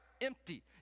Empty